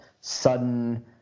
sudden